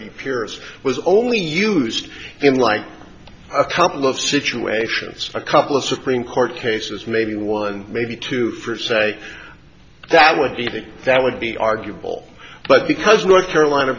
pierce was only used in like a couple of situations a couple of supreme court cases maybe one maybe two for say that would be vic that would be arguable but because north carolina